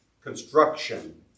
construction